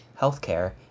healthcare